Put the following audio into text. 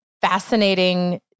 fascinating